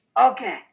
Okay